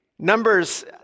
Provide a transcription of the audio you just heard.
Numbers